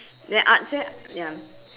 ya ah same ya